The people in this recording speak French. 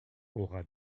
aura